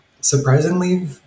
Surprisingly